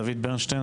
דוד ברנשטיין.